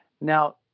Now